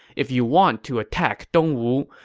if you want to attack dongwu,